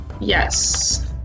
Yes